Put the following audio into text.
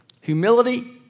humility